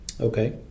Okay